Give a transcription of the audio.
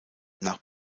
nach